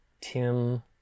Tim